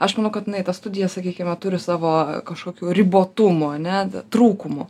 aš manau kad jinai ta studija sakykime turi savo kažkokių ribotumų ane trūkumų